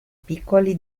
piccoli